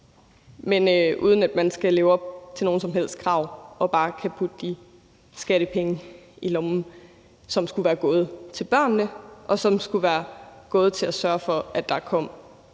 men uden at man skal leve op til nogen som helst krav og bare kan putte de skattepenge i lommen, som skulle være gået til børnene og til at sørge for, at der kom